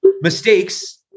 mistakes